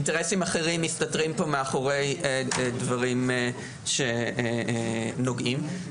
אינטרסים אחרים מסתתרים פה מאחורי דברים שנוגעים לזה.